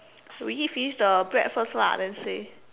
you eat finish the bread first lah then say